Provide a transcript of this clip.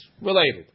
related